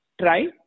try